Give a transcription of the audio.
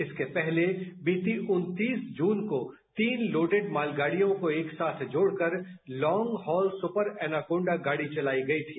इसके पहले बीती उनतीस जून को तीन लोडेड मालगाड़ियों को एक साथ जोड़कर लॉन्ग हॉल सुपर एनाकोंडा गाड़ी चलाई गई थी